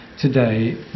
today